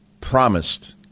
promised